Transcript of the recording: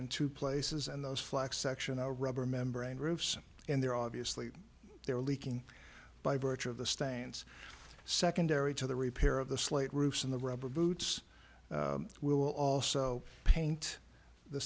two places and those flex section are rubber membrane roofs and they're obviously they're leaking by virtue of the stains secondary to the repair of the slate roof in the rubber boots will also paint the